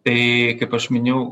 tai kaip aš minėjau